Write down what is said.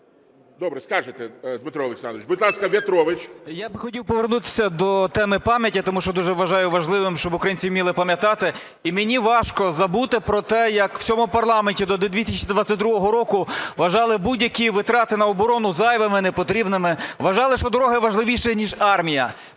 Добре. Скажете, Дмитро Олександрович. Будь ласка, В'ятрович. 12:06:28 В’ЯТРОВИЧ В.М. Я би хотів повернутися до теми пам'яті, тому що дуже вважаю важливим, щоб українці вміли пам'ятати. І мені важко забути про те, як в цьому парламенті до 2022 року вважали будь-які витрати на оборону зайвими, непотрібними. Вважали, що дороги важливіші ніж армія.